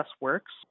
works